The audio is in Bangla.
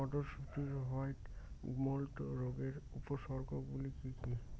মটরশুটির হোয়াইট মোল্ড রোগের উপসর্গগুলি কী কী?